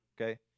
Okay